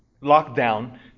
lockdown